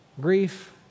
grief